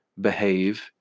behave